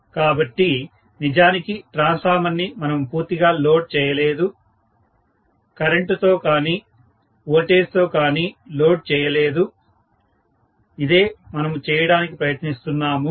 కాబట్టి నిజానికి ట్రాన్స్ఫార్మర్ ని మనము పూర్తిగా లోడ్ చేయలేదు కరెంటు తో కానీ వోల్టేజ్ తో కానీ లోడ్ చేయలేదు ఇదే మనము చేయడానికి ప్రయత్నిస్తున్నాము